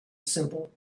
simple